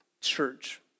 church